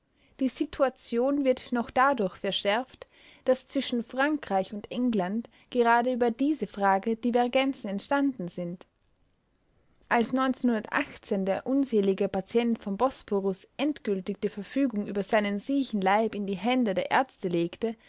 die situation wird noch dadurch verschärft daß zwischen frankreich und england gerade über diese frage divergenzen entstanden sind als der unselige patient vom bosporus endgültig die verfügung über seinen siechen leib in die hände der ärzte legte